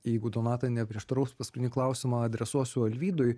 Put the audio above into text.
jeigu donata neprieštaraus paskutinį klausimą adresuosiu alvydui